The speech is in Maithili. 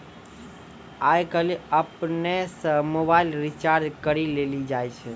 आय काइल अपनै से मोबाइल रिचार्ज करी लेलो जाय छै